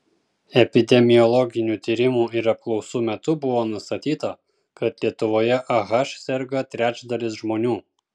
epidemiologinių tyrimų ir apklausų metu buvo nustatyta kad lietuvoje ah serga trečdalis žmonių